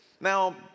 now